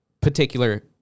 particular